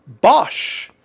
Bosch